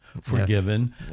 forgiven